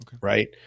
Right